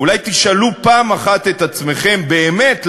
אולי תשאלו פעם אחת את עצמכם באמת,